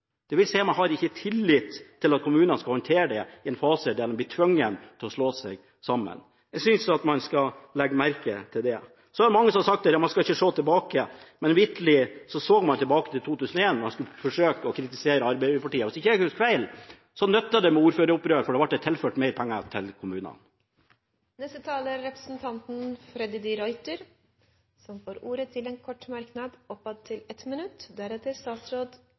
at man ikke har tillit til at kommunene skal håndtere det i en fase der man blir tvunget til å slå seg sammen. Jeg synes at man skal legge merke til det. Det er mange som har sagt at man ikke skal se seg tilbake. Men vitterlig så man tilbake til 2001 da man forsøkte å kritisere Arbeiderpartiet. Hvis jeg ikke husker feil, nyttet det med ordføreropprør, for da ble det overført flere penger til kommunene. Representanten Freddy de Ruiter har hatt ordet to ganger tidligere i debatten og får ordet til en kort merknad, begrenset til 1 minutt.